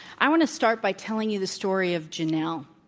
i want to start by telling you the story of janelle,